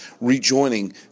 rejoining